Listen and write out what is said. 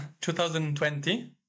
2020